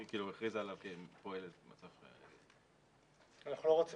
הכריזה עליו שהיא פועלת במצב --- אנחנו לא רוצים